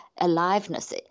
aliveness